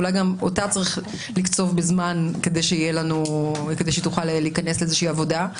אולי גם אותה צריך לקצוב בזמן כדי שהיא תוכל להיכנס לאיזושהי עבודה.